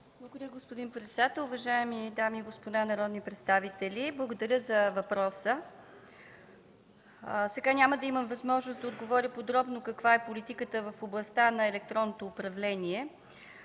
Благодаря, господин председател. Уважаеми дами и господа народни представители, благодаря за въпроса. Няма да имам възможност да отговоря подробно каква е политиката в областта на електронното управление.